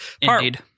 Indeed